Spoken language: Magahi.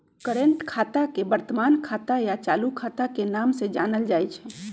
कर्रेंट खाता के वर्तमान खाता या चालू खाता के नाम से जानल जाई छई